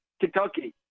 Kentucky